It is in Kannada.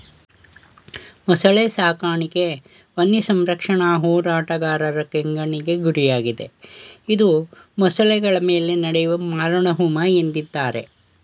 ಮೊಸಳೆ ಸಾಕಾಣಿಕೆ ವನ್ಯಸಂರಕ್ಷಣಾ ಹೋರಾಟಗಾರರ ಕೆಂಗಣ್ಣಿಗೆ ಗುರಿಯಾಗಿದೆ ಇದು ಮೊಸಳೆಗಳ ಮೇಲೆ ನಡೆಯುವ ಮಾರಣಹೋಮ ಎಂದಿದ್ದಾರೆ